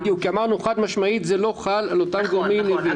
אמרנו חד-משמעית שזה לא חל על אותם גורמים ייעודיים.